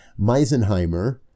Meisenheimer